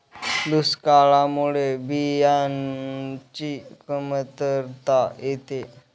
दुष्काळामुळे बियाणांची कमतरता येते